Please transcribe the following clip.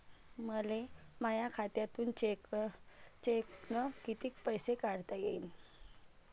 मले माया खात्यातून चेकनं कितीक पैसे काढता येईन?